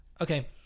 Okay